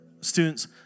students